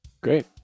Great